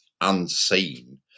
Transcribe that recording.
unseen